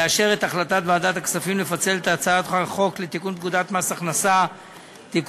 לאשר את החלטת ועדת הכספים לפצל את הצעת חוק לתיקון פקודת מס הכנסה (מס'